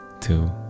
two